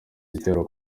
igitero